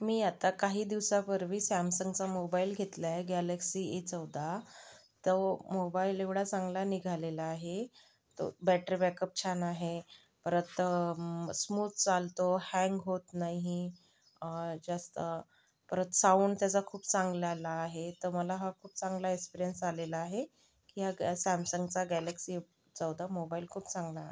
मी आत्ता काही दिवसापूर्वी सॅमसंगचा मोबाईल घेतलाय गॅलेक्सी ए चौदा तो मोबाईल एवढा चांगला निघालेला आहे तो बॅटरी बॅकअप छान आहे परत स्मूथ चालतो हँग होत नाही जास्त परत साऊंड त्याचा खूप चांगला आला आहे तर मला हा खूप चांगला एक्सपिरीयन्स आलेला आहे की हा सॅमसंगचा गॅलेक्सी ए चौदा मोबाईल खूप चांगला आहे